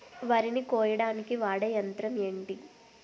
వరి ని కోయడానికి వాడే యంత్రం ఏంటి?